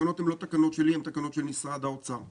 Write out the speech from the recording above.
התקנות הן לא תקנות שלי אלא של משרד האוצר.